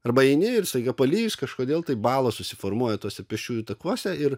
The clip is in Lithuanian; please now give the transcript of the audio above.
arba eini ir staiga palijus kažkodėl tai balos susiformuoja tuose pėsčiųjų takuose ir